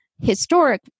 historic